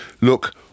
Look